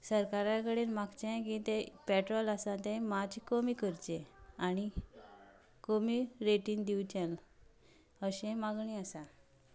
सरकारा कडेन मागचें की तें पेट्रोल आसा तें मातशें कमी करचें आनी कमी रेटीन दिंवचें अशें मागणी आसा